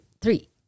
three